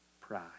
pride